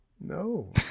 No